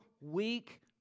weak